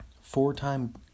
Four-time